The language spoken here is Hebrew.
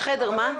ב"זום",